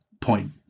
point